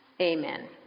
Amen